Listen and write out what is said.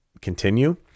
continue